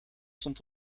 stond